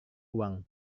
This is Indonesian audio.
uang